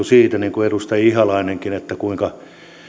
siitä niin kuin edustaja ihalainenkin kuinka